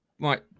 right